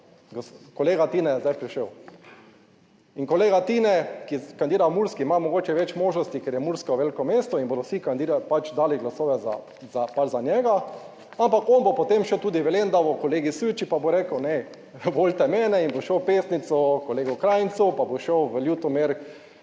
kolega Tine je zdaj prišel in kolega Tine, ki kandira Murski, ima mogoče več možnosti, ker je Mursko veliko mesto in bodo vsi kandidati pač dali glasove pač za njega, ampak on bo potem šel tudi v Lendavo, kolegi Süč, pa bo rekel ne, volite mene in bo šel v Pesnico, kolegu Krajncu pa bo šel v Ljutomer.